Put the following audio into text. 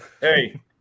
Hey